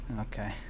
Okay